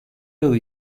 yıl